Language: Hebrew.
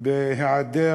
בהיעדר